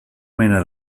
mena